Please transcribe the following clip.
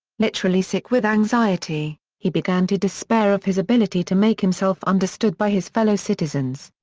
literally sick with anxiety, he began to despair of his ability to make himself understood by his fellow citizens.